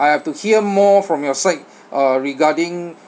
I have to hear more from your side uh regarding